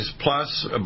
plus